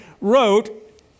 wrote